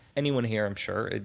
anyone here i'm sure,